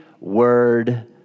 word